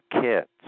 kits